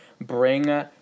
bring